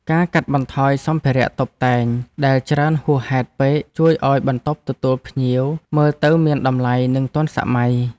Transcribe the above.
ការកាត់បន្ថយសម្ភារៈតុបតែងដែលច្រើនហួសហេតុពេកជួយឱ្យបន្ទប់ទទួលភ្ញៀវមើលទៅមានតម្លៃនិងទាន់សម័យ។